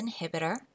inhibitor